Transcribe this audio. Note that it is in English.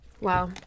Wow